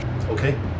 Okay